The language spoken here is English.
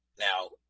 Now